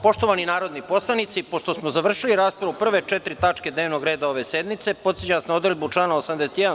Poštovani narodni poslanici, pošto smo završili raspravu o prve četiri tačke dnevnog reda ove sednice, podsećam vas na odredbu člana 81.